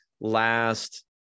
last